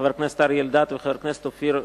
של חבר הכנסת אריה אלדד וחבר הכנסת אופיר אקוניס,